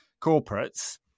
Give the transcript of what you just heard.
corporates